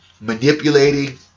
manipulating